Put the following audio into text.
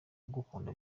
ugukunda